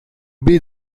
big